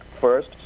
first